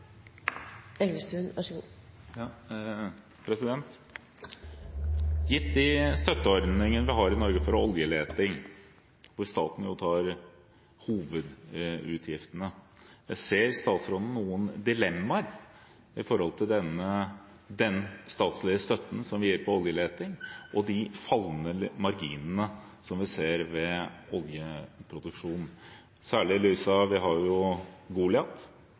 Gitt de støtteordningene vi har i Norge for oljeleting, hvor staten tar hovedutgiftene, ser statsråden noen dilemmaer når det gjelder den statlige støtten som vi gir til oljeleting, og de fallende marginene vi ser ved oljeproduksjonen – særlig i lys av